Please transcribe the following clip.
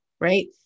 right